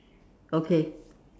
okay